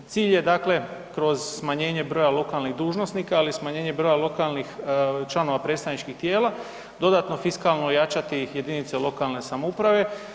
Cilj je dakle kroz smanjenje broja lokalnih dužnosnika ali i smanjenje broja lokalnih članova predstavničkih tijela, dodatno fiskalno ojačati jedinice lokalne samouprave.